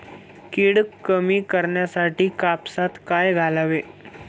कीड कमी करण्यासाठी कापसात काय घालावे?